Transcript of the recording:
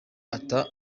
ata